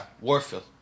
Warfield